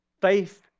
Faith